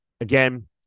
again